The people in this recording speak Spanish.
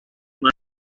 más